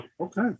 okay